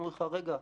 אומרים לך: רגע,